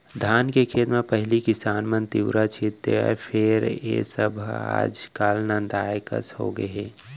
धान के खेत म पहिली किसान मन ह तिंवरा छींच देवय फेर ए सब हर आज काल नंदाए कस होगे हे